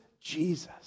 Jesus